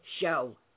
show